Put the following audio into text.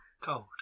cold